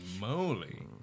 moly